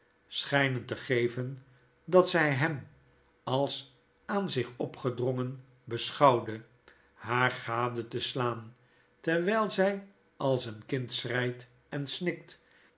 een te geven dat z j hem als aan zich opgedrongen beschouwde haar gade te slaan terwjjl zy als een kind schreit en